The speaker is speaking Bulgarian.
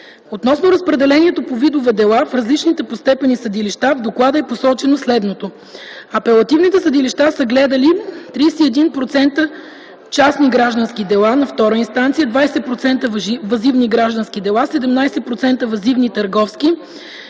Относно разпределението по видове дела в различните по степени съдилища в доклада е посочено следното. Апелативните съдилища са гледали: 31% частни граждански дела II инстанция, 20% - въззивни граждански дела, 17% - въззивни търговски